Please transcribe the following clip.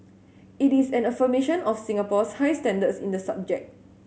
it is an affirmation of Singapore's high standards in the subject